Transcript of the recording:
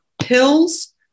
pills